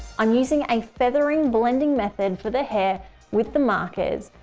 i'm using a feathering blending method for the hair with the markers,